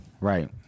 Right